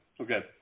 Okay